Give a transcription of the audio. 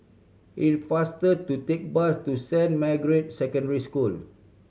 it is faster to take bus to Saint Margaret's Secondary School